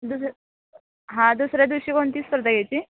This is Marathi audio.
दुसरं हां दुसऱ्या दिवशी कोणती स्पर्धा घ्यायची